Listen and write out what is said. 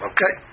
Okay